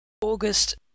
August